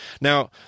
Now